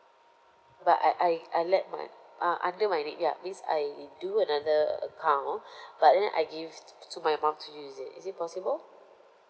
but I I I let my uh under my name ya means I do another account but then I give t~ t~ to my mum to use it is it possible